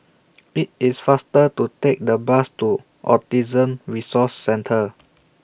IT IS faster to Take The Bus to Autism Resource Centre